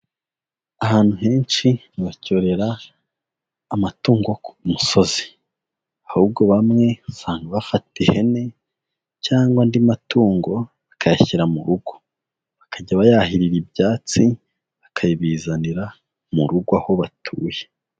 Ahantu henshi ntibacyorora amatungo ku musozi, ahubwo bamwe usanga bafata ihene cyangwa andi matungo bakayashyira mu rugo, bakajya bayahirira ibyatsi bakayibizanira mu rugo aho batuye.